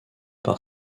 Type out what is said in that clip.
par